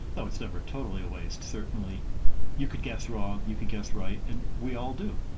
though it's never totally a waste. certainly you could guess wrong, you could guess right. and we all do.